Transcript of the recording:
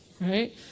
right